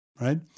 Right